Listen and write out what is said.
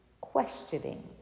questioning